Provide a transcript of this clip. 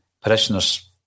parishioners